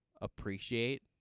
appreciate